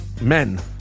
Men